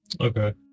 Okay